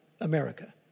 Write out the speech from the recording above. America